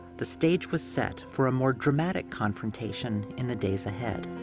the stage was set for a more dramatic confrontation in the days ahead.